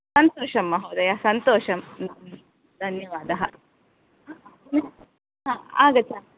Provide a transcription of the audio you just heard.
सन्तोषं महोदय सन्तोषं धन्यवादः हा आगच्छामि